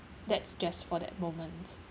that's just for that moment